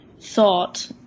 thought